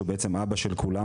שהוא אבא של כולם